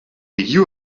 you